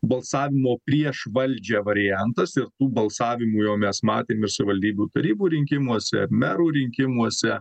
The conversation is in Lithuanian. balsavimo prieš valdžią variantas ir tų balsavimų jau mes matėm ir savaldybių tarybų rinkimuose merų rinkimuose